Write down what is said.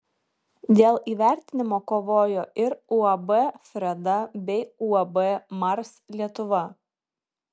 dėl įvertinimo kovojo ir uab freda bei uab mars lietuva